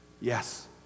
Yes